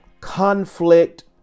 conflict